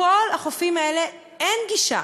כל החופים האלה: אין גישה.